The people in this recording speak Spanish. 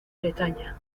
bretaña